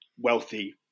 wealthy